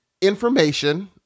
information